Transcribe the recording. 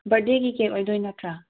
birth ꯗꯦꯒꯤ cake ꯑꯣꯏꯗꯣꯏ ꯅꯠꯇ꯭ꯔꯥ